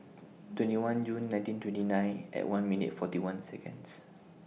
twenty one June nineteen twenty nine At one minute forty one Seconds